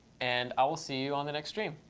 and i will see you on the next stream.